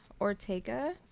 Ortega